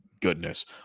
goodness